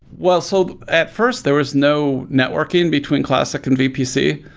well, so at first there was no networking between classic and vpc.